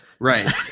Right